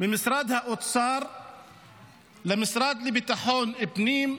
ממשרד האוצר למשרד לביטחון פנים,